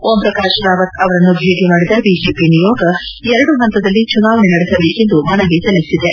ಓಂ ಪ್ರಕಾಶ್ ರಾವತ್ ಅವರನ್ನು ಭೇಟ ಮಾಡಿದ ಬಿಜೆಪಿ ನಿಯೋಗ ಎರಡು ಹಂತದಲ್ಲಿ ಚುನಾವಣೆ ನಡೆಸಬೇಕೆಂದು ಮನವಿ ಸಲ್ಲಿಸಿದೆ